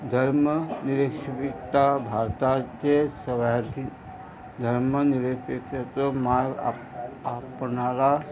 धर्म निरेशिकता भारताचे सवाय धर्म निरेपाचेचो माय आप आपणा